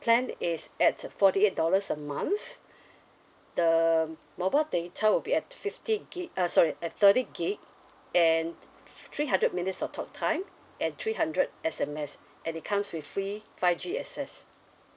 plan is at the forty eight dollars a month the mobile data will be at fifty gig uh sorry at thirty gig and three hundred minutes of talk time and three hundred S_M_S and it comes with free five G access